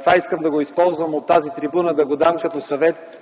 Това искам да го използвам и от тази трибуна да го дам като съвет